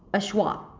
a schwa.